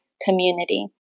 community